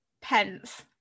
pence